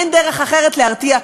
אין דרך אחרת להרתיע.